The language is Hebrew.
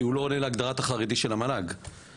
כי הוא לא עונה להגדרת החרדי של המועצה להשכלה גבוהה,